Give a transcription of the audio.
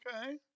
Okay